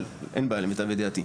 אבל אין בעיה למיטב ידיעתי,